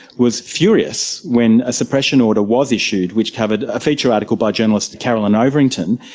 was furious when a suppression order was issued which covered a feature article by journalist caroline overington.